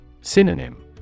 Synonym